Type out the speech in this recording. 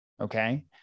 okay